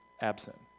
absent